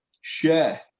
share